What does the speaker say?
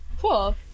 Cool